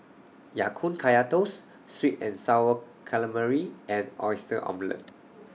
Ya Kun Kaya Toast Sweet and Sour Calamari and Oyster Omelette